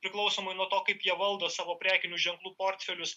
priklausomai nuo to kaip jie valdo savo prekinių ženklų portfelius